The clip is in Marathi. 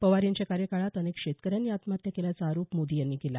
पवार यांच्या कार्यकाळात अनेक शेतकऱ्यांनी आत्महत्या केल्याचा आरोप मोदी यांनी केला